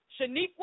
Shaniqua